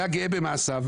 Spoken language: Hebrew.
היה גאה במעשיו,